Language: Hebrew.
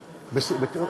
הכנסת,